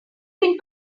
can